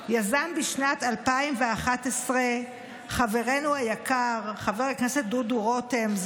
יזם בשנת 2011 חברנו היקר חבר הכנסת דודו רותם,